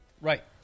Right